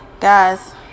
guys